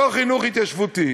אותו חינוך התיישבותי